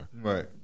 Right